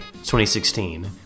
2016